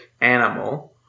animal